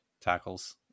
tackles